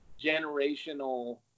generational